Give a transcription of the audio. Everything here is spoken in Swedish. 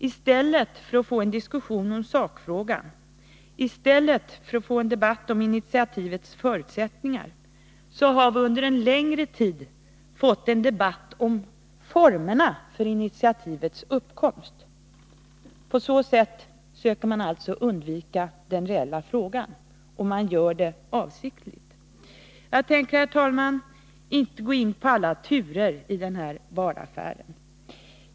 I stället för att få en diskussion om sakfrågan, i stället för att få en debatt om initiativets förutsättningar, har vi under en längre tid fått en debatt om formerna för initiativets uppkomst. På så sätt söker man alltså undvika den reella frågan, och man gör det avsiktligt. Jag tänker, herr talman, inte gå in på alla turer i den här Bahraffären.